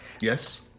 Yes